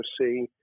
see